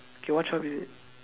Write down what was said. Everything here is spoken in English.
okay what shop is it